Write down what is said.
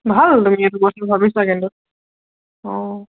ভাল তুমি এইটো বস্তুটো ভাবিছা কিন্তু অঁ